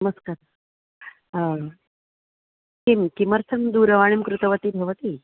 नमस्कारः किं किमर्थं दूरवाणीं कृतवती भवती